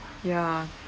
ya